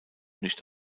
nicht